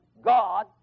God